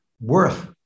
worth